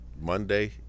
Monday